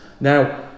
Now